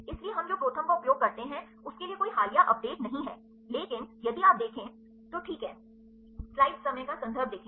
इसलिए हम जो ProTherm का उपयोग करते हैं उसके लिए कोई हालिया अपडेट नहीं है लेकिन यदि आप देखें तो ठीक है संदर्भ देखें